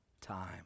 time